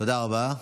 תודה רבה.